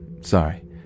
sorry